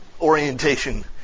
orientation